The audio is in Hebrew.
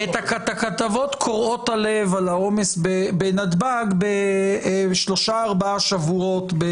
-- את הכתבות קורעות הלב על העומס בנתב"ג בשלושה-ארבעה שבועות.